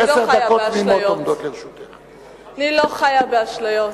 אני לא חיה באשליות.